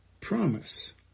promise